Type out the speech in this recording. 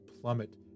plummet